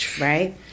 right